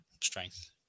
strength